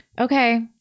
okay